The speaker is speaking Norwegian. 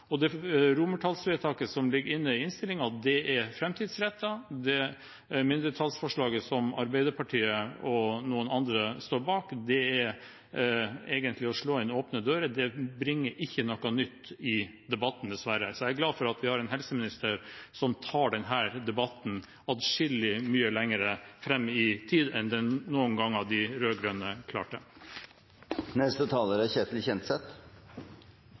i 2016.» Det romertallsvedtaket som ligger inne i innstillingen, er framtidsrettet. Det mindretallsforslaget som Arbeiderpartiet og noen andre står bak, er egentlig å slå inn åpne dører. Det bringer ikke noe nytt til debatten, dessverre. Jeg er glad for at vi har en helseminister som tar denne debatten atskillig mye lenger fram i tid enn de rød-grønne noen gang klarte. Overfor foregående taler